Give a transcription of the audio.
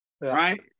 Right